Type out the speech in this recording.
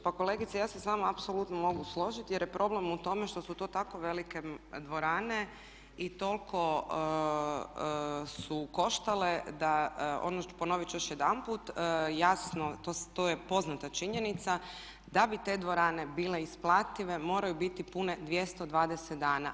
Pa kolegice ja se s vama apsolutno mogu složiti jer je problem u tome što su to tako velike dvorane i toliko su koštale da ponovit ću još jedanput jasno to je poznata činjenica da bi te dvorane bile isplative moraju biti pune 220 dana.